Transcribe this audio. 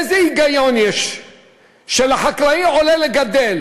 איזה היגיון יש שלחקלאי עולה לגדל